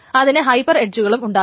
അതിന് ഹൈപർ എഡ്ജുകളും ഉണ്ടാകാം